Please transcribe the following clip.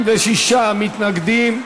56 מתנגדים,